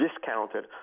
discounted